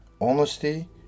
Honesty